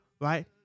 right